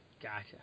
Gotcha